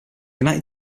united